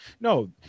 No